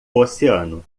oceano